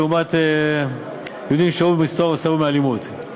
לעומת יהודים ששהו במסתור וסבלו מאלימות.